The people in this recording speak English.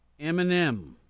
Eminem